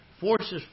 Forces